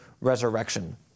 resurrection